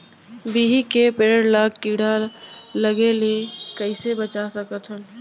बिही के पेड़ ला कीड़ा लगे ले कइसे बचा सकथन?